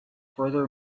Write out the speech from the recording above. further